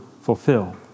fulfill